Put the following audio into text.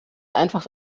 einfach